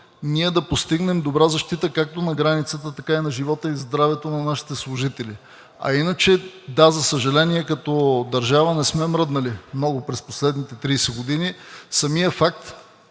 ние да постигнем добра защита както на границата, така и на живота и здравето на нашите служители. А иначе – да, за съжаление, като държава не сме мръднали много през последните 30 години. Самият факт,